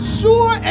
sure